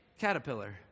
caterpillar